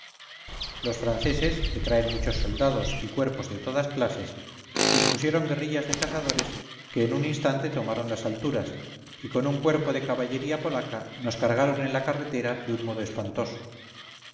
los franceses que traen muchos soldados y cuerpos de todas clases dispusieron guerrillas de cazadores que en un instante tomaron las alturas y con un cuerpo de caballería polaca nos cargaron en la carretera de un modo espantoso